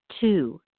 Two